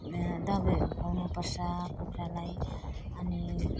दबाईहरू खुवाउनु पर्छ कुखुरालाई अनि